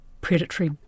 predatory